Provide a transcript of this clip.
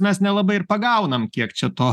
mes nelabai ir pagaunam kiek čia to